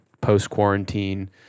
post-quarantine